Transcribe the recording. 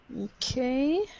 Okay